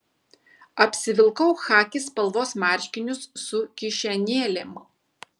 apsivilkau chaki spalvos marškinius su kišenėlėm